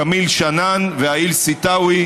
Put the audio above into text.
כמיל שנאן והאיל סתאוי,